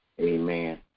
Amen